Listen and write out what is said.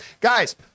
Guys